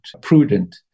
prudent